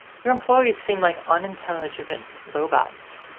your employees seem like unintelligent robots.